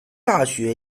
大学